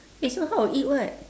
eh so how eat what